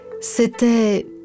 C'était